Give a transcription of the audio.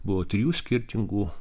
buvo trijų skirtingų